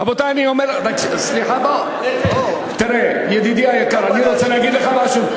הוא בחוץ-לארץ, לכן הוא לא בא להשיב.